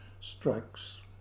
strikes